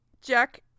Jack